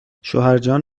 شوهرجان